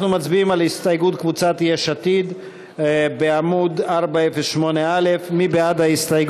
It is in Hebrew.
אנחנו מצביעים על הסתייגות קבוצת יש עתיד בעמוד 408א. מי בעד?